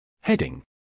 Heading